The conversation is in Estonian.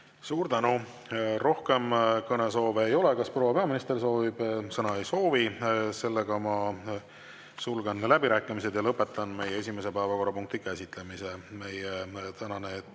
Suur tänu! Rohkem kõnesoove ei ole. Kas proua peaminister soovib sõna? Ei soovi. Ma sulgen läbirääkimised ja lõpetan meie esimese päevakorrapunkti käsitlemise. Meie tänane